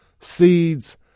seeds